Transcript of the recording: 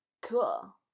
cool